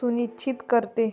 सुनिश्चित करते